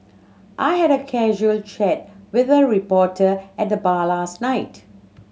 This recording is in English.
I had a casual chat with a reporter at the bar last night